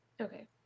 Okay